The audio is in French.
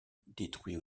détruit